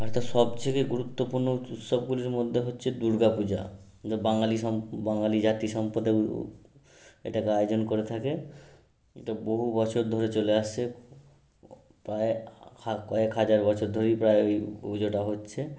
ভারতের সবচেয়ে গুরুত্বপূর্ণ উৎসবগুলির মধ্যে হচ্ছে দুর্গা পূজা বাঙালি সম বাঙালি জাতি সম্প্রদায় এটাকে আয়োজন করে থাকে এটা বহু বছর ধরে চলে আসছে প্রায় হা কয়েক হাজার বছর ধরেই প্রায় ওই পুজোটা হচ্ছে